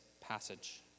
passage